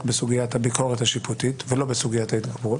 בסוגיית הביקורת השיפוטית ולא בסוגיית ההתגברות.